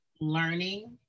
learning